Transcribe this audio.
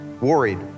worried